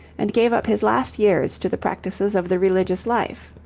and gave up his last years to the practices of the religious life.